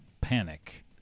panic